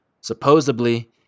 supposedly